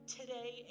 today